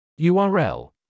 URL